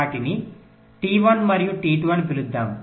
వాటిని టి 1 మరియు టి2 అని పిలుద్దాం